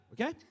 Okay